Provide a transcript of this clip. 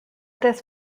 this